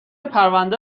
پرونده